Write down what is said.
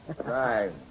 right